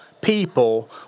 people